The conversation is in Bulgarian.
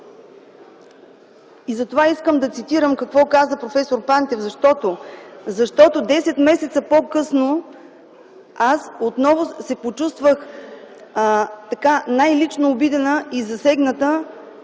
Затова искам да цитирам какво каза проф. Пантев, защото десет месеца по-късно аз отново се почувствах най-лично обидена и засегната